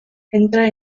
entra